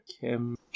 Kim